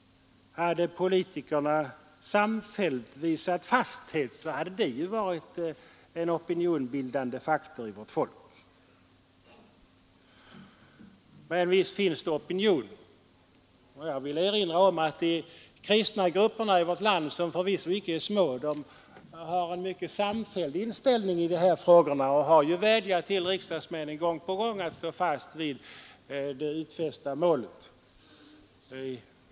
Hade politikerna samfält visat fasthet hade det varit en opinionsbildande faktor för vårt folk. Men visst finns det opinion, och jag vill erinra om att de kristna grupperna i vårt land, som förvisso inte är små, har en mycket samfälld inställning i dessa frågor. De har vädjat till riksdagsmännen gång på gång att de skall stå fast vid det utfästa målet.